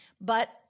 But-